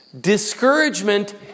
discouragement